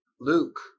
Luke